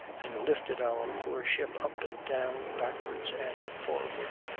and lifted our poor ship up and down, backwards and forwards,